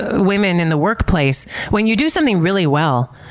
women in the workplace, when you do something really well,